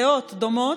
זהות, דומות: